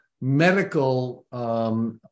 medical